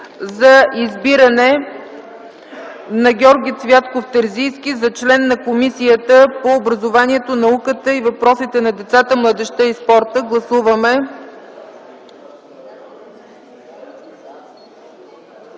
за избиране на Георги Цвятков Терзийски за член на Комисията по образованието, науката и въпросите на децата, младежта и спорта. Гласували